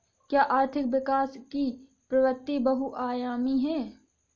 क्या आर्थिक विकास की प्रवृति बहुआयामी है?